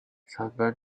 sunburn